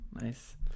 Nice